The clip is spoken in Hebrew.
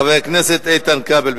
חבר הכנסת איתן כבל,